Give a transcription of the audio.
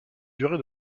durée